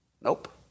Nope